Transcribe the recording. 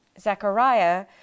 Zechariah